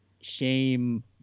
shame